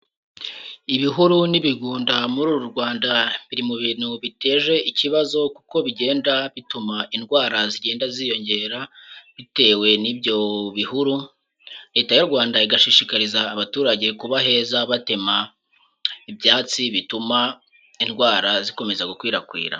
Ibihuru n'ibigunda muri uru Rwanda biri mu bintu biteje ikibazo kuko bigenda bituma indwara zigenda ziyongera bitewe n'ibyo bihuru, Leta y'u Rwanda igashishikariza abaturage kuba heza batema ibyatsi bituma indwara zikomeza gukwirakwira.